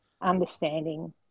understanding